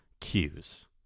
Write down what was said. cues